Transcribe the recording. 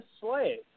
slave